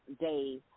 days